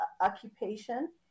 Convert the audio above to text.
occupation